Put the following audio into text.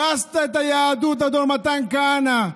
הרסת את היהדות, אדון מתן כהנא.